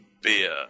beer